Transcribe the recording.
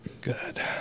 Good